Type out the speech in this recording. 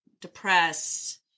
depressed